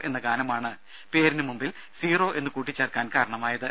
എന്ന ഗാനമാണ് പേരിന് മുമ്പിൽ സീറോ എന്ന് കൂട്ടിച്ചേർക്കാൻ കാരണമായത്